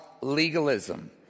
legalism